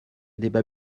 débat